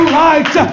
light